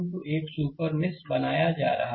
तो एक super mesh बनाया जाता है